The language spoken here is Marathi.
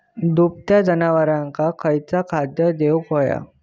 दुभत्या जनावरांका खयचा खाद्य देऊक व्हया?